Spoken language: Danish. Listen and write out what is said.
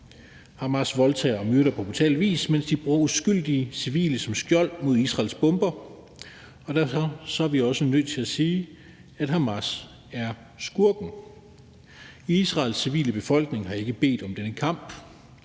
Hamas voldtager og myrder på brutal vis, mens de bruger uskyldige civile som skjold mod Israels bomber, og derfor er vi også nødt til at sige, at Hamas er skurken. Israels civile befolkning har ikke bedt om denne kamp